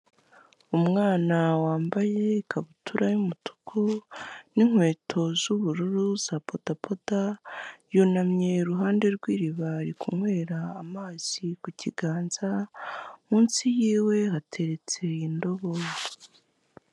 Umwana wambaye ikabutura y'umutuku n'inkweto z'ubururu za bodaboda yunamye iruhande rw'iriba ari kunywera amazi ku kiganza munsi yiwe hateretse indobo.